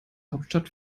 hauptstadt